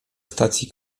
stacji